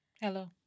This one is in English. Hello